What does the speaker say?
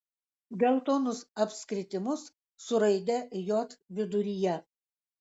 geltonus apskritimus su raide j viduryje